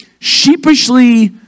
sheepishly